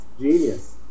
genius